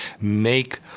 make